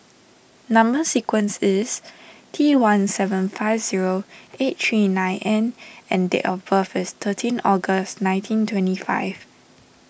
Number Sequence is T one seven five zero eight three nine N and date of birth is thirteen August nineteen twenty five